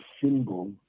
symbol